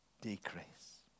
decrease